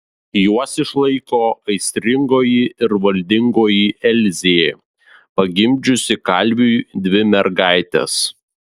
juos išlaiko aistringoji ir valdingoji elzė pagimdžiusi kalviui dvi mergaites